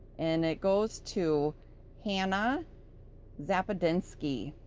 and it goes to hanna zapadinsky.